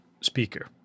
speaker